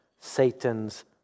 Satan's